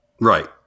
Right